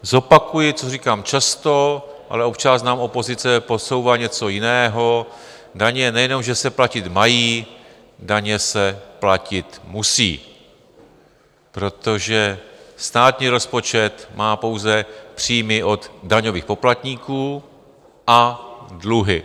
Zopakuji, co říkám často, ale občas nám opozice podsouvá něco jiného, daně nejenom že se platit mají, daně se platit musí, protože státní rozpočet má pouze příjmy od daňových poplatníků a dluhy.